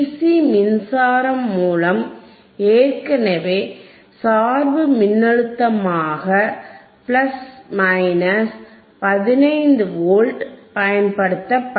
C மின்சாரம் மூலம் ஏற்கனவே சார்பு மின்னழுத்தமாக பிளஸ் மைனஸ் 15 வோல்ட் பயன்படுத்தப்பட்டது